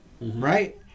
right